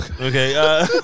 Okay